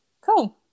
cool